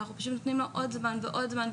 אנחנו פשוט נותנים לו עוד זמן ועוד זמן.